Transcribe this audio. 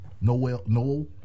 Noel